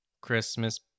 christmas